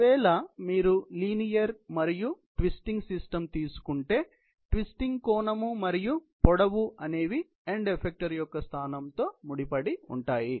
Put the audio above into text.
ఒకవేళ మీరు లీనియర్ మరియు ట్విస్టింగ్ సిస్టం తీసుకుంటే ట్విస్టింగ్ కోణము మరియు పొడవు అనేవి ఎండ్ ఎఫెక్టార్ యొక్క స్థానంతో ముడిపడి ఉంటాయి